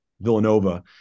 Villanova